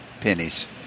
pennies